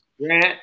Grant